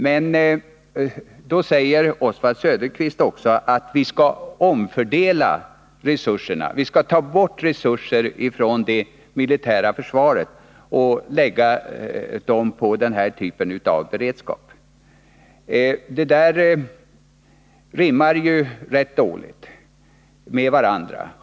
Men sedan säger Oswald Söderqvist att vi skall omfördela resurserna, ta bort resurser från det militära försvaret och lägga dem på den här typen av beredskap. De uppfattningarna rimmar rätt dåligt med varandra.